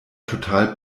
total